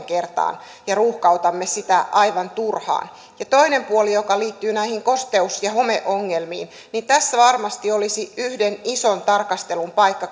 kertaan ja ruuhkautamme sitä aivan turhaan toinen puoli joka liittyy näihin kosteus ja homeongelmiin tässä varmasti olisi yhden ison tarkastelun paikka